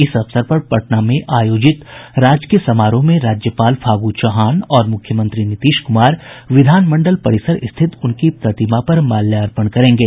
इस अवसर पर पटना में आयोजित राजकीय समारोह में राज्यपाल फागू चौहान और मुख्यमंत्री नीतीश कुमार विधानमंडल परिसर स्थित उनकी प्रतिमा पर माल्यार्पण करेंगे